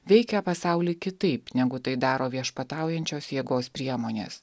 veikia pasaulį kitaip negu tai daro viešpataujančios jėgos priemonės